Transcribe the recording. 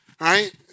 right